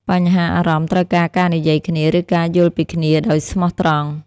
បញ្ហាអារម្មណ៍ត្រូវការការនិយាយគ្នា ឬការយល់ពីគ្នាដោយស្មោះត្រង់។